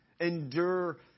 Endure